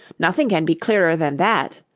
nothing can be clearer than that.